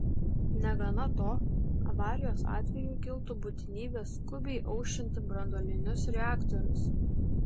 negana to avarijos atveju kiltų būtinybė skubiai aušinti branduolinius reaktorius